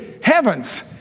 heavens